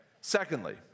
Secondly